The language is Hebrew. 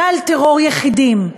גל טרור יחידים,